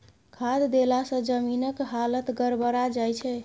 खाद देलासँ जमीनक हालत गड़बड़ा जाय छै